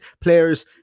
players